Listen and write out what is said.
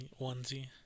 onesie